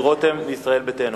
חבר הכנסת דוד רותם מישראל ביתנו.